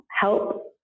help